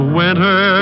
winter